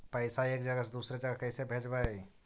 पैसा एक जगह से दुसरे जगह कैसे भेजवय?